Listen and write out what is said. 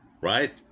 right